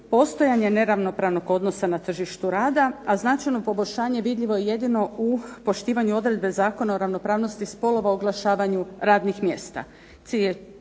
postojanje neravnopravnog odnosa na tržištu rada, a značajno …/Ne razumije se./… vidljivo je jedino u poštivanju odredbe Zakona o ravnopravnosti spolova u oglašavanju radnih mjesta,